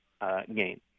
gain